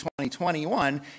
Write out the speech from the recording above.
2021